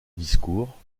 discours